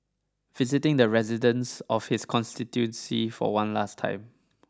visiting the residents of his constituency for one last time